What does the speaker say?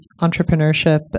entrepreneurship